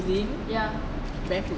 ya